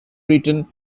written